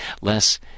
less